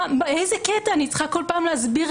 באיזה קטע אני צריכה כל פעם להסביר